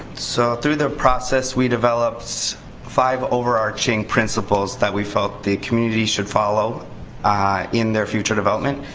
so, through the process, we developed five overarching principles that we felt the community should follow in their future development.